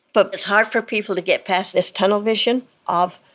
but it's hard for people to get past this tunnel vision of